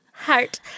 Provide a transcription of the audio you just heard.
heart